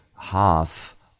half